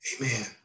amen